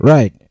Right